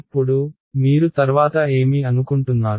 ఇప్పుడు మీరు తర్వాత ఏమి అనుకుంటున్నారు